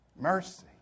Mercy